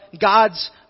God's